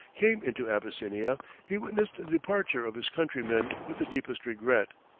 came into abyssinia, he witnessed the departure of his countrymen with the deepest regret,